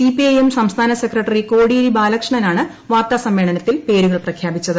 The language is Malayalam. സിപിഐ എം സംസ്ഥാന സെക്രട്ടറി കോടിയേരി ബാലകൃഷ്ണനാണ് വാർത്താസമ്മേളനത്തിൽ പേരുകൾ പ്രഖ്യാപിച്ചത്